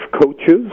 coaches